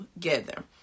together